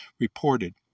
reported